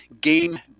game